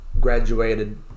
graduated